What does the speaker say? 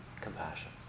compassion